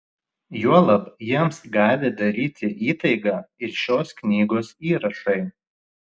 juolab jiems gali daryti įtaigą ir šios knygos įrašai